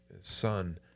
son